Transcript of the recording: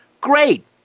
Great